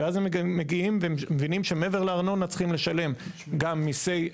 ואז הם מגיעים ומבינים שמעבר לארנונה צריך לשלם גם מיסי,